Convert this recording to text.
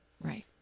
right